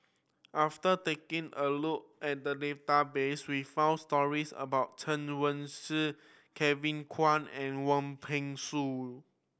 after taking a look at the database we found stories about Chen Wen Hsi Kevin Kwan and Wong Peng Soon